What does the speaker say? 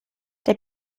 der